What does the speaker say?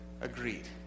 agreed